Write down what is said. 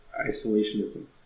isolationism